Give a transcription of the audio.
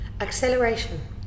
acceleration